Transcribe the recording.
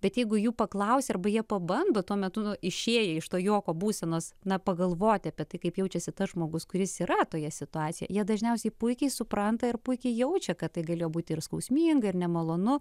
bet jeigu jų paklausi arba jie pabando tuo metu išėję iš to juoko būsenos na pagalvoti apie tai kaip jaučiasi tas žmogus kuris yra toje situacijoje jie dažniausiai puikiai supranta ir puikiai jaučia kad tai galėjo būti ir skausminga ir nemalonu